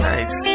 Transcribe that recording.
Nice